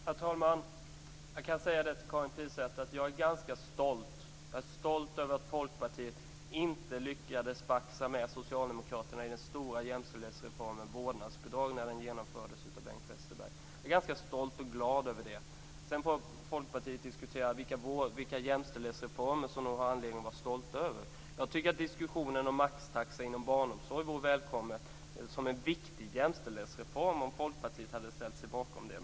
Herr talman! Jag kan säga till Karin Pilsäter att jag är ganska stolt och glad över att Folkpartiet inte lyckades baxa Socialdemokraterna med sig i den stora jämställdhetsreformen om vårdnadsbidraget när den genomfördes av Bengt Westerberg. Sedan får Folkpartiet diskutera vilka jämställdhetsreformer som de har anledning att vara stolta över. Jag tycker att maxtaxa inom barnomsorgen vore välkommen som en viktig jämställdhetsreform, om Folkpartiet hade ställt sig bakom den.